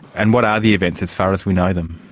and what are the events, as far as we know them?